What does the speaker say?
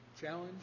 challenge